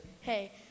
Hey